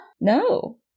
No